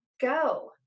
go